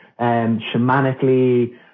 shamanically